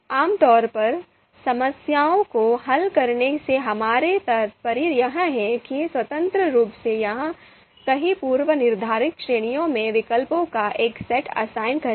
आमतौर पर समस्याओं को हल करने से हमारा तात्पर्य यह है कि स्वतंत्र रूप से एक या कई पूर्वनिर्धारित श्रेणियों में विकल्पों का एक सेट असाइन करें